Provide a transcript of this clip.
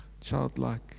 childlike